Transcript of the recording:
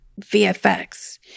VFX